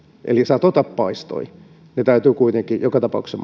eli satoi tai paistoi ne täytyy kuitenkin joka tapauksessa